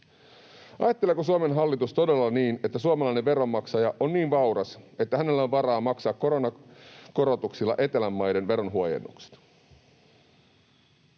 Ajatteleeko Suomen hallitus todella niin, että suomalainen veronmaksaja on niin vauras, että hänellä on varaa maksaa koronakorotuksilla etelän maiden veronhuojennukset?